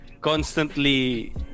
constantly